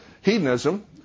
hedonism